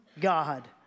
God